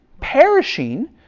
Perishing